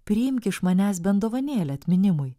priimk iš manęs bent dovanėlę atminimui